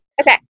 Okay